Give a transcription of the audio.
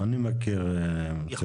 אני מכיר מציאות אחרת.